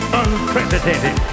unprecedented